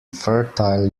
fertile